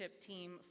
team